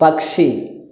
പക്ഷി